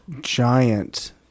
giant